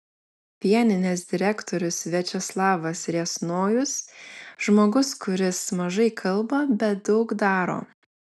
pieninės direktorius viačeslavas riasnojus žmogus kuris mažai kalba bet daug daro